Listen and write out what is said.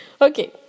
okay